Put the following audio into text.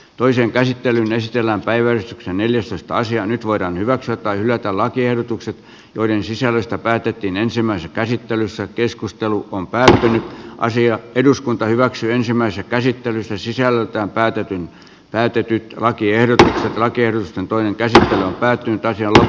toisen käsittelyn esteillä päivän neljäsataa sijaa nyt voidaan hyväksyä tai hylätä lakiehdotukset joiden sisällöstä päätettiin ensimmäisessä käsittelyssä keskustelu on päätetty asia eduskunta hyväksyi ensimmäisen käsittelyn se sisältää päätetyn päätetyn lakiehdotuksen rakennusten toinen kesä päättyy toiselle